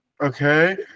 okay